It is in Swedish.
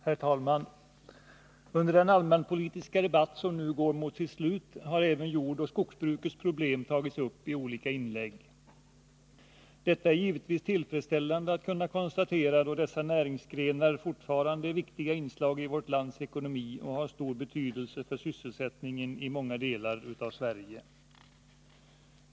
Herr talman! Under den allmänpolitiska debatt som nu går mot sitt slut har även jordoch skogsbrukets problem tagits upp i olika inlägg. Det är givetvis tillfredsställande att kunna konstatera detta, då dessa näringsgrenar fortfarande är viktiga inslag i vårt lands ekonomi och har stor betydelse för sysselsättningen i många delar av Sverige.